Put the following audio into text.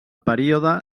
període